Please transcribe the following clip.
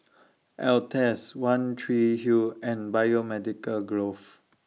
Altezs one Tree Hill and Biomedical Grove